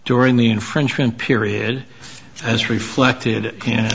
during the infringement period as reflected